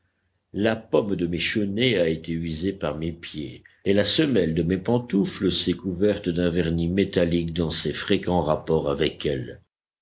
la pomme de mes chenets a été usée par mes pieds et la semelle de mes pantoufles s'est couverte d'un vernis métallique dans ses fréquents rapports avec elle